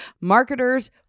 marketers